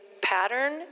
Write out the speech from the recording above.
pattern